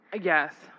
Yes